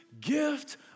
gift